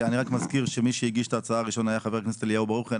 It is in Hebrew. אני רק מזכיר שמי שהגיש את ההצעה הראשונה היה חבר הכנסת אליהו ברוכי.